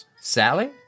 Sally